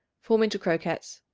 form into croquettes.